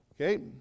Okay